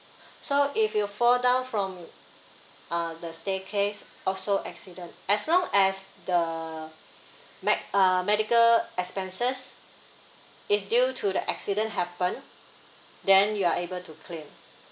so if you fall down from uh the staircase also accident as long as the med~ uh medical expenses is due to the accident happen then you are able to claim